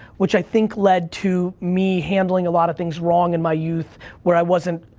which i think led to me handling a lot of things wrong in my youth where i wasn't,